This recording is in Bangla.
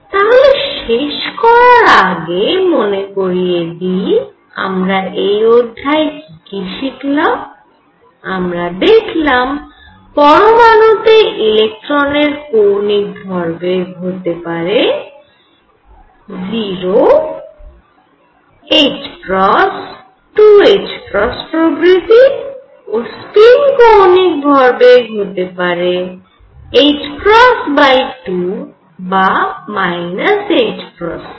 তাহলে শেষ করার আগে মনে করিয়ে দিই আমরা এই অধ্যায়ে কি কি শিখলাম আমরা দেখলাম পরমাণুতে ইলেকট্রনের কৌণিক ভরবেগ হতে পারে 0 2 প্রভৃতি ও স্পিন কৌণিক ভরবেগ হতে পারে 2 বা 2